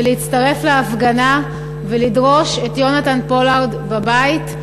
להצטרף להפגנה ולדרוש את יונתן פולארד בבית.